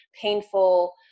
painful